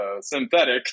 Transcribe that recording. synthetic